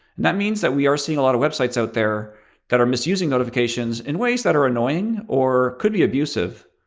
that means that we are seeing a lot of websites out there that are misusing notifications in ways that are annoying or could be abusive.